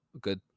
good